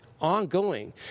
ongoing